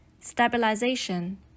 stabilization